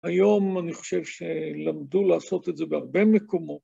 ‫היום אני חושב שלמדו לעשות את זה ‫בהרבה מקומות.